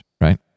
Right